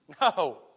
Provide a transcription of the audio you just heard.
No